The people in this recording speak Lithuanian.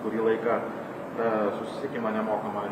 kurį laiką na susisiekimą nemokamą